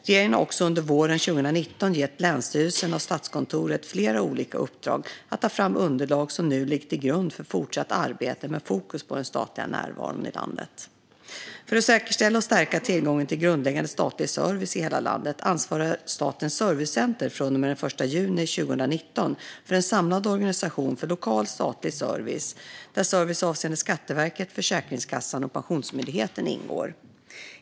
Regeringen har också under våren 2019 gett länsstyrelserna och Statskontoret flera olika uppdrag att ta fram underlag som nu ligger till grund för fortsatt arbete med fokus på den statliga närvaron i landet. För att säkerställa och stärka tillgången till grundläggande statlig service i hela landet ansvarar Statens servicecenter från och med den 1 juni 2019 för en samlad organisation för lokal statlig service, där service avseende Skatteverket, Försäkringskassan och Pensionsmyndigheten ingår.